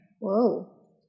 Whoa